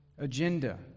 Agenda